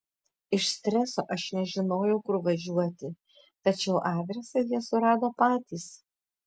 iš streso aš nežinojau kur važiuoti tačiau adresą jie surado patys